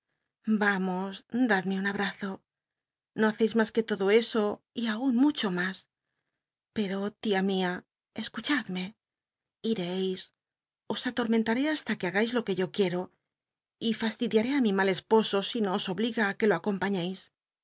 vamos dadme un abrazo no haceis mas que todo eso y aun mucho mas peo lia mia escuchad me ireis os atormentaré basta que bagais lo que yo qlliero y fastidiaré á mi mal esposo si no os obliga i que lo acompañcis